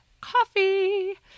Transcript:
coffee